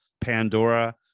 Pandora